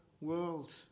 world